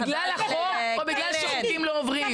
בגלל החוק או בגלל שחוקים לא עוברים?